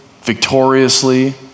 victoriously